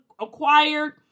acquired